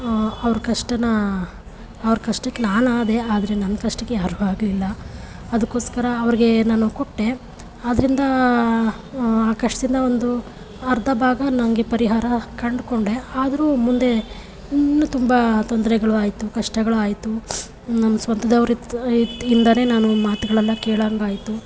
ಅವ್ರ ಕಷ್ಟ ಅವ್ರ ಕಷ್ಟಕ್ಕೆ ನಾನಾದೆ ಆದರೆ ನನ್ನ ಕಷ್ಟಕ್ಕೆ ಯಾರೂ ಆಗಲಿಲ್ಲ ಅದಕ್ಕೋಸ್ಕರ ಅವ್ರಿಗೆ ನಾನು ಕೊಟ್ಟೆ ಆದ್ದರಿಂದ ಆ ಕಷ್ಟದಿಂದ ಒಂದು ಅರ್ಧ ಭಾಗ ನಂಗೆ ಪರಿಹಾರ ಕಂಡುಕೊಂಡೆ ಆದ್ರೂ ಮುಂದೆ ಇನ್ನೂ ತುಂಬ ತೊಂದರೆಗಳು ಆಯಿತು ಕಷ್ಟಗಳಾಯಿತು ನನ್ನ ಸ್ವಂತದವರಿಂದ್ ಇದು ಇಂದಲೇ ನಾನು ಮಾತುಗಳೆಲ್ಲ ಕೇಳೋಂಗಾಯ್ತು